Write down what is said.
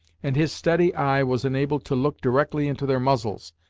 and his steady eye was enabled to look directly into their muzzles,